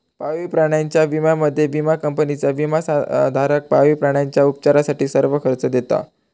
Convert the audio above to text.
पाळीव प्राण्यांच्या विम्यामध्ये, विमा कंपनी विमाधारक पाळीव प्राण्यांच्या उपचारासाठी सर्व खर्च देता